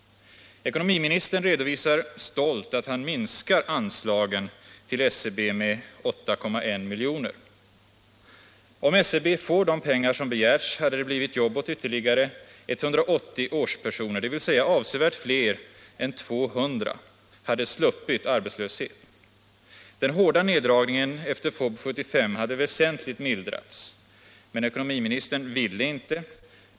Ekonomiministern redovisar stolt att han minskar anslagen till SCB med 8,1 miljoner. Om SCB fått de pengar som begärts hade det blivit jobb åt ytterligare 180 årspersoner, dvs. avsevärt fler än 200 hade sluppit arbetslöshet. Den hårda neddragningen efter FoB 75 hade väsentligt mildrats. Men ekonomiministern ville inte.